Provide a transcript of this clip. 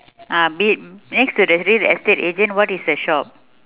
ah be~ next to the real estate agent what is the shop